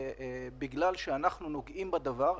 בגלל שאנחנו נוגעים בדבר,